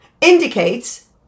indicates